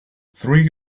three